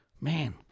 Man